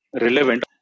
relevant